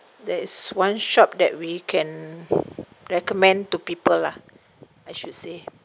that is one shop that we can recommend to people lah I should say